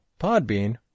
Podbean